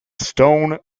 stone